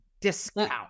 discount